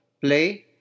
play